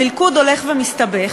המלכוד הולך ומסתבך,